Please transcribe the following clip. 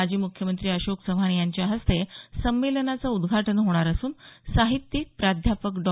माजी मुख्यमंत्री अशोक चव्हाण यांच्या हस्ते संमेलनाचं उद्घाटन होणार असून साहित्यिक प्राध्यापक डॉ